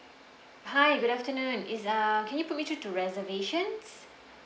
hi good afternoon is ah can you put me through to reservations